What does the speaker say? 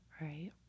right